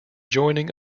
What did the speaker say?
joining